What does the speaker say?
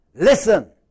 Listen